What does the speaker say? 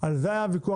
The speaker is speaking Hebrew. על זה בלבד היה הוויכוח.